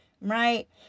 right